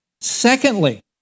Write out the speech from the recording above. Secondly